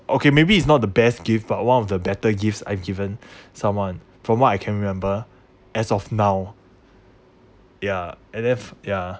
okay maybe it's not the best gift but one of the better gifts I've given someone from what I can remember as of now ya and if ya